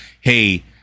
hey